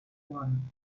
one